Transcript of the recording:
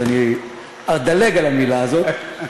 אז אדלג על המילה הזאת,